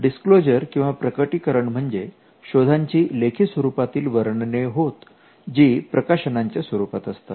disclosures किंवा प्रकटीकरण म्हणजे शोधांची लेखी स्वरूपातील वर्णने होत जी प्रकाशनांच्या स्वरूपात असतात